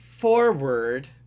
forward